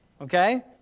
okay